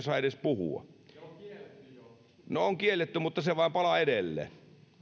saa edes puhua no on kielletty mutta se vain palaa edelleen